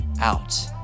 out